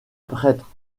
prêtre